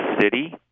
city